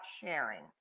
sharing